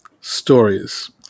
stories